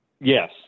Yes